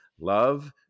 love